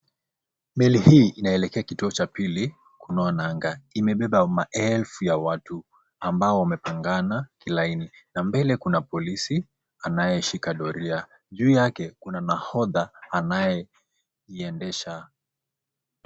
Meli hii inaelekea kituo cha pili kunoa nanga. Imebeba elfu ya watu ambao wamepangana laini na mbele Kuna polisi anayeshika doria. Juu yake kuna naodha anayeiendesha .